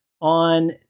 on